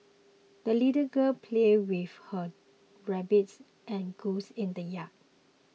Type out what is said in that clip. the little girl played with her rabbit and goose in the yard